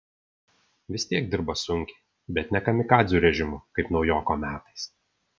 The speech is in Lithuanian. vis tiek dirba sunkiai bet ne kamikadzių režimu kaip naujoko metais